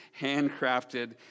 handcrafted